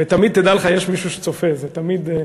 ותמיד, תדע לך, יש מישהו שצופה, אתה יודע?